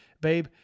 babe